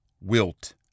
wilt